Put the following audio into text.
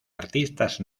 artistas